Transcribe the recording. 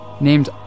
named